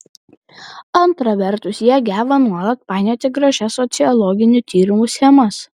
antra vertus jie geba nuolat painioti gražias sociologinių tyrimų schemas